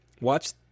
watch